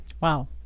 Wow